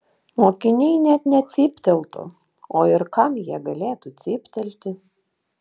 mokiniai net necypteltų o ir kam jie galėtų cyptelti